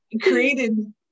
created